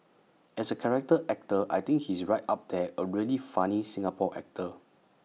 as A character actor I think he's right up there A really funny Singapore actor